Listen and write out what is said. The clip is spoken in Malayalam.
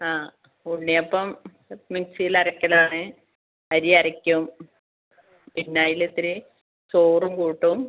ആ ഉണ്ണിയപ്പം മിക്സൽ അരക്കലാണ് അരി അരക്കും പിന്നെ അതിൽ ഇത്തിരി ചോറും കൂട്ടും